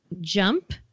jump